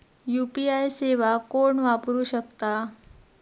UPI सेवा कोण वापरू शकता?